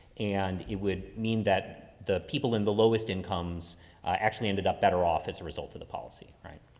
and it would mean that the people in the lowest incomes actually ended up better off as a result of the policy. right.